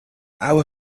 our